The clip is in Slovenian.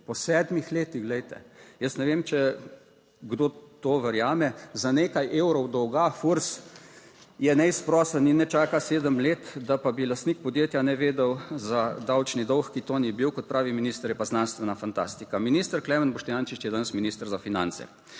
Po sedmih letih, glejte. Jaz ne vem, če kdo to verjame za nekaj evrov dolga? FURS je neizprosen in ne čaka sedem let, da pa bi lastnik podjetja ne vedel za davčni dolg, ki to ni bil, kot pravi minister, je pa znanstvena fantastika. Minister Klemen Boštjančič je danes minister za finance,